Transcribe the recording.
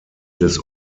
des